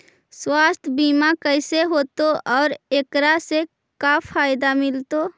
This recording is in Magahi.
सवासथ बिमा कैसे होतै, और एकरा से का फायदा मिलतै?